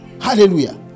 hallelujah